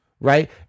Right